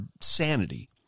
sanity